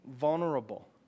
vulnerable